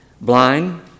Blind